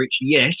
Yes